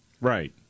Right